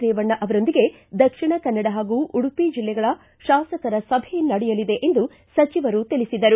ರೇವಣ್ಣ ಅವರೊಂದಿಗೆ ದಕ್ಷಿಣ ಕನ್ನಡ ಹಾಗೂ ಉಡುಪಿ ಜಿಲ್ಲೆಗಳ ಶಾಸಕರ ಸಭೆ ನಡೆಯಲಿದೆ ಎಂದು ಸಚಿವರು ತಿಳಿಸಿದರು